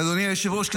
אדוני היושב-ראש,